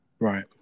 Right